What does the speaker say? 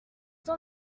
dans